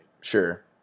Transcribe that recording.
Sure